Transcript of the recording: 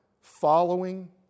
following